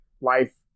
life